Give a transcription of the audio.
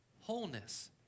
wholeness